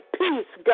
peace